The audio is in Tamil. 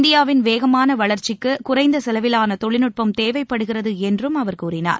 இந்தியாவின் வேகமான வளர்ச்சிக்கு குறைந்த செலவிலான தொழில்நுட்பம் தேவைப்படுகிறது என்றும் அவர் கூறினார்